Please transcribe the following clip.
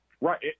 Right